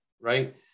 right